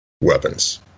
weapons